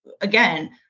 again